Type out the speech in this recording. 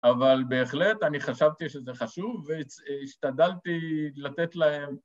‫אבל בהחלט אני חשבתי שזה חשוב, ‫והשתדלתי לתת להם...